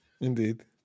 Indeed